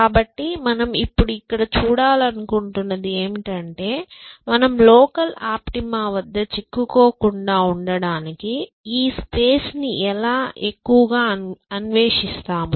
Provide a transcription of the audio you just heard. కాబట్టి మనం ఇప్పుడు ఇక్కడ చూడాలనుకుంటున్నది ఏమిటంటే మనం లోకల్ ఆప్టిమా వద్ద చిక్కుకోకుండా ఉండటానికి ఈ స్పేస్ ని ఎలా ఎక్కువగా అన్వేషిస్తాము